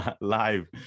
live